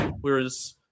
whereas